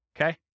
okay